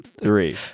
three